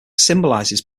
symbolizes